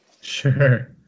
Sure